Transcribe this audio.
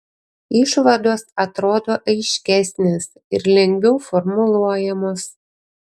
išvados atrodo aiškesnės ir lengviau formuluojamos